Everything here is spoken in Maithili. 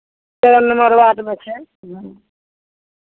फोन नम्बर बादमे छै ओहिमे